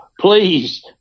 please